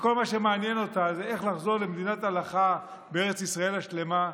שכל מה שמעניין אותה זה איך לחזור למדינת הלכה בארץ ישראל השלמה,